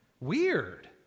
weird